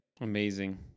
amazing